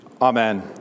amen